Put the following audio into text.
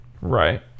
Right